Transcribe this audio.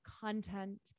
content